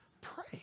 Pray